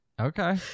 Okay